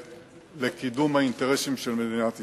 לקידום האינטרסים של מדינת ישראל.